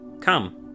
Come